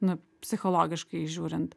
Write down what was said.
nu psichologiškai žiūrint